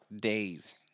days